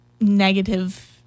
negative